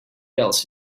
else